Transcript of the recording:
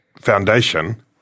Foundation